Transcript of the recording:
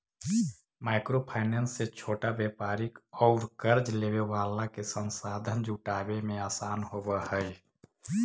micro finance से छोटा व्यापारि औउर कर्ज लेवे वाला के संसाधन जुटावे में आसान होवऽ हई